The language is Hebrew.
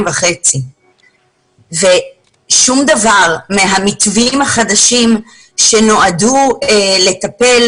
וחצי ושום דבר מהמתווים החדשים שנועדו לטפל,